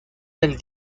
del